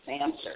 answer